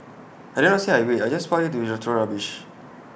I did not say I wait I just park here to throw rubbish